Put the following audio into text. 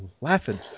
laughing